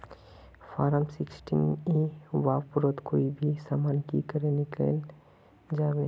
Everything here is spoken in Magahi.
फारम सिक्सटीन ई व्यापारोत कोई भी सामान की करे किनले जाबे?